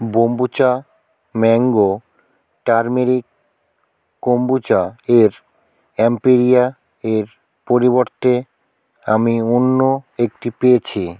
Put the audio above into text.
kombucha mango turmeric kombucha এর এম্পেরিয়া এর পরিবর্তে আমি অন্য একটি পেয়েছি